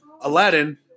Aladdin